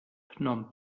phnom